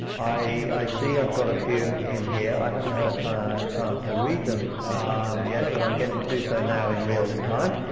i see i've got a few in here. i haven't had a chance to read them yet, but i'm going to do so now in real time.